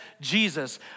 Jesus